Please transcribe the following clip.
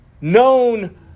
known